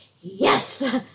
yes